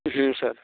हम्म sir